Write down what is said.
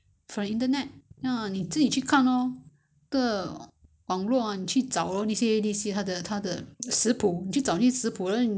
你去看不是很难但是你要你要一样一样去买了然后煮 lor 要炒要去炒香他那些香料